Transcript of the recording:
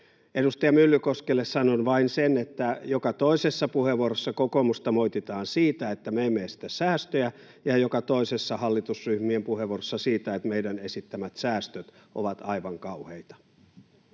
Edustaja Myllykoskelle sanon vain sen, että joka toisessa hallitusryhmien puheenvuorossa kokoomusta moititaan siitä, että me emme esitä säästöjä, ja joka toisessa siitä, että meidän esittämät säästöt ovat aivan kauheita.